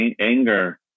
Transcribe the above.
Anger